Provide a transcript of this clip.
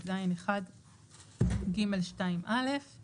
סעיף 2טז1(ג)(2)(א);